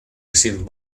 received